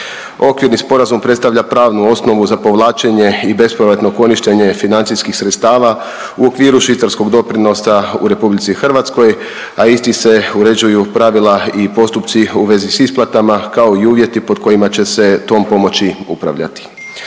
Okvirni sporazum predstavlja pravnu osnovu za povlačenje i bespovratno korištenje financijskih sredstava u okviru švicarskog doprinosa u RH, a istim se uređuju pravila i postupci u vezi s isplatama kao i uvjeti pod kojima će se tom pomoći upravljati.